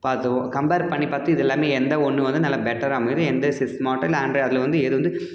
பார்த்துருவோம் கம்பேர் பண்ணி பார்த்து இது எல்லாமே எந்த ஒன்று வந்து நல்ல பெட்டராக அமையுது எந்த சிஸ் ஸ்மார்ட்டாக இல்லை ஆண்ட்ராய்ட் அதில் வந்து எது வந்து